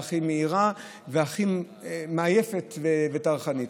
הכי מהירה והכי לא מעייפת וטרחנית.